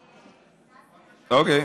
אוקיי.